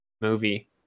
movie